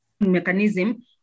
mechanism